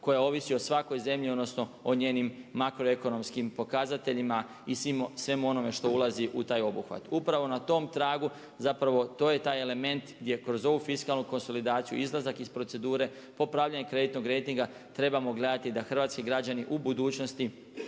koja ovisi o svakoj zemlji, odnosno o njenim makroekonomskim pokazateljima i svemu onome što ulazi u taj obuhvat. Upravo na tom tragu, zapravo to je taj element gdje kroz ovu fiskalnu konsolidaciju, izlazak iz procedure, popravljanje kreditnog rejtinga trebamo gledati da hrvatski građani u budućnosti